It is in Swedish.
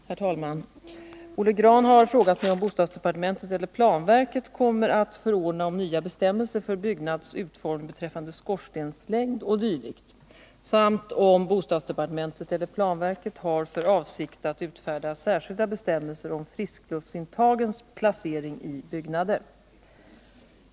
Herr talman! Olle Grahn har frågat mig om bostadsdepartementet eller planverket kommer att förordna om nya bestämmelser för byggnads utformning beträffande skorstenslängd o. d. samt om bostadsdepartementet eller planverket har för avsikt att utfärda särskilda bestämmelser om friskluftsintagens placering i byggnader.